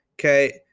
Okay